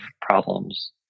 problems